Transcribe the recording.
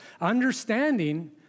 understanding